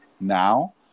now